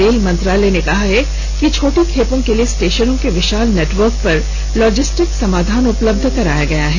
rail मंत्रालय ने कहा है कि छोटी खेपों के लिए स्टेशनों के विशाल नेटवर्क पर लॉजिस्टिक समाधान उपलब्ध कराया गया है